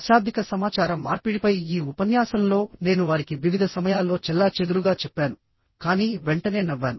అశాబ్దిక సమాచార మార్పిడిపై ఈ ఉపన్యాసంలో నేను వారికి వివిధ సమయాల్లో చెల్లాచెదురుగా చెప్పాను కానీ వెంటనే నవ్వాను